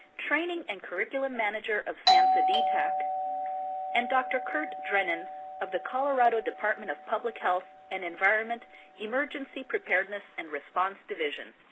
training and curriculum manager of samhsa dtac and dr. curt drennen of the colorado department of public health and environment emergency preparedness and response division.